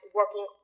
working